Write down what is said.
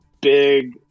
big